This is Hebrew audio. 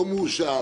לא מאושר,